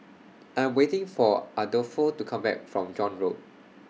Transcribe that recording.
I'm waiting For Adolfo to Come Back from John Road